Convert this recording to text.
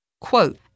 Quote